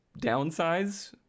downsize